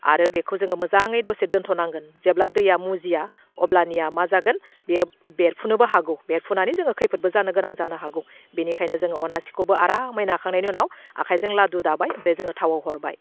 आरो बेखौ जोङो मोजाङै दसे दोन्थ' नांगोन जेब्ला दैया मुजिया अब्लानिया मा जागोन बेयो बेरफुनोबो हागौ बेरफुनानै जोङो खैफोदबो जानो गोनां जानो हागौ बेनिखायनो जोङो अनासिखौबो आरामै नाखांनायनि उनाव आखाइजों लादु दाबाय ओमफ्राय जोङो थावाव हरबाय